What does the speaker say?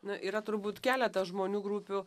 na yra turbūt keletas žmonių grupių